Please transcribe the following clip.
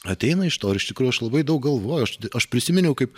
ateina iš to ir iš tikrųjų aš labai daug galvojau aš prisiminiau kaip